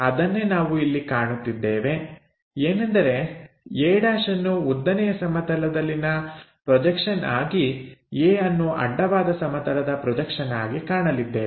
ಅದನ್ನೇ ನಾವು ಇಲ್ಲಿ ಕಾಣುತ್ತಿದ್ದೇವೆ ಏನೆಂದರೆ a' ಅನ್ನು ಉದ್ದನೆಯ ಸಮತಲದಲ್ಲಿನ ಪ್ರೊಜೆಕ್ಷನ್ ಆಗಿ a ಅನ್ನು ಅಡ್ಡವಾದ ಸಮತಲದ ಪ್ರೊಜೆಕ್ಷನ್ ಆಗಿ ಕಾಣಲಿದ್ದೇವೆ